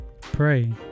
pray